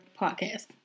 podcast